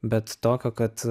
bet tokio kad